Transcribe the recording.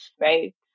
right